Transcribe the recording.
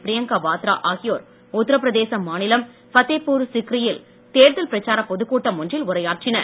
பிரியங்கா வாத்ரா ஆகியோர் உத்தரப்பிதேசம் மாநிலம் பதேபூர் சிக்ரியில் தேர்தல் பிரச்சாரப் பொதுக் கூட்டம் ஒன்றில் உரையாற்றினார்